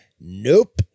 Nope